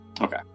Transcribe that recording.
Okay